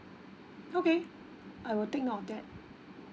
okay I will take note of that